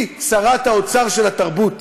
היא שרת האוצר של התרבות,